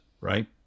right